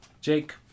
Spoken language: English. Jake